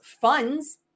funds